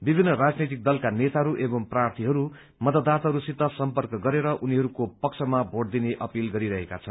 विभिन्न राजनैतिक दलका नेताहरू एवं प्राथीहरू मतदाताहरूसित सम्पर्क गरेर उनीहरूको पक्षमा भोट दिने अपील गरिरहेका छन्